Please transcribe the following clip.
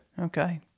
Okay